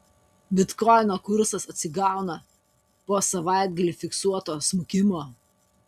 bitkoino kursas atsigauna po savaitgalį fiksuoto smukimo